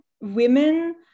women